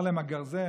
אז אמר להם הגרזן,